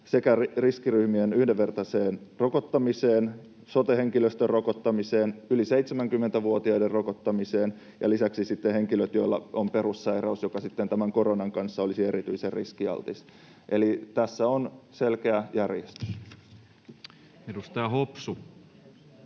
tulee riskiryhmien yhdenvertaiseen rokottamiseen, sote-henkilöstön rokottamiseen, yli 70-vuotiaiden rokottamiseen ja lisäksi sellaisten henkilöiden rokottamiseen, joilla on perussairaus, joka tämän koronan kanssa olisi erityisen riskialtis. Eli tässä on selkeä järjestys. [Speech 70]